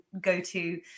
go-to